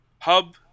Hub